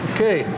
Okay